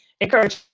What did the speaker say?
encourage